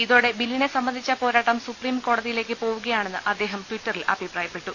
ഇതോടെ ബില്ലിനെ സംബന്ധിച്ച പോരാട്ടം സുപ്രീംകോടതിയിലേക്ക് പോവു കയാണെന്ന് അദ്ദേഹം ട്വിറ്ററിൽ അഭിപ്രായപ്പെട്ടു